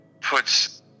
puts